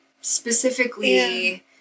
specifically